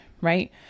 right